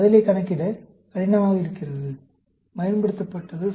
பதிலைக் கணக்கிட கடினமாக இருக்கும்போது பயன்படுத்தப்பட்டது